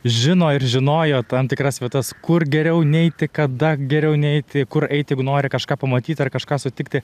žino ir žinojo tam tikras vietas kur geriau neiti kada geriau neiti kur eiti jeigu nori kažką pamatyti ar kažką sutikti